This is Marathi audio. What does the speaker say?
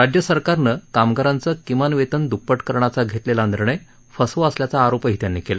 राज्यसरकारनं कामगारांचं किमान वेतन द्प्पट करण्याचा घेतलेला निर्णय फसवा असल्याचा आरोपही त्यांनी केला